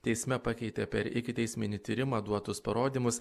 teisme pakeitė per ikiteisminį tyrimą duotus parodymus